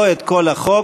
לא את כל החוק,